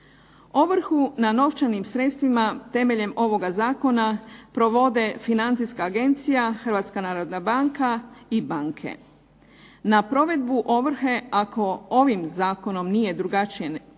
Ovrhu na novčanim sredstvima temeljem ovoga Zakona provode financijska agencija, Hrvatska narodna banka i banke. Na provedbu ovrhe ako ovim zakonom nije drugačije